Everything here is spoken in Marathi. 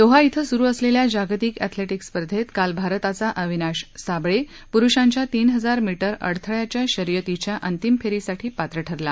दोहा धिं सुरु असलेल्या जागतिक अॅथलेटिक्स स्पर्धेत काल भारताचा अविनाश सावळे पुरुषांच्या तीन हजार मीटर अडथळ्याच्या शर्यतीच्या अंतिम फेरीसाठी पात्र ठरला